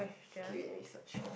okay I mean such